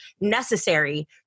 necessary